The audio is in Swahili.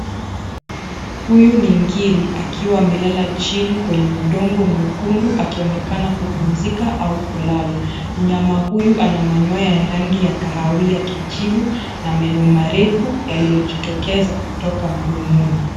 Huyu ni ngiri akiwa amelala chini kwenye udongo mwekundu, akionekana kupumzika au kulala. Mnyama huku ana manyoya ya rangi ya kahawia kijivu , na meno marefu yaliyojitokeza kutoka mdomoni.